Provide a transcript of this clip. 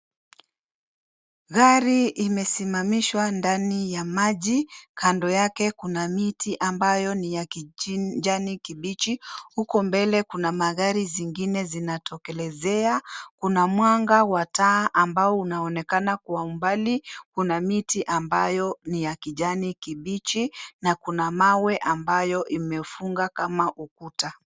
Gari imesimamishwa ndani ya maji, kando yake kuna miti ambayo ni ya kijani kibichi. Huko mbele kuna magari zingine zinatokelezea, kuna mwanga wa taa ambao unaonekana kwa umbali, kuna miti ambayo ni ya kijani kibichi na kuna mawe ambayo imefunga kama ukuta.